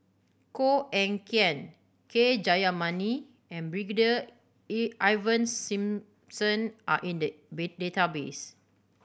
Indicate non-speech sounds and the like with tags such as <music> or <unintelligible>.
Koh Eng Kian K Jayamani and Brigadier <unintelligible> Ivan Simson are in the <unintelligible> database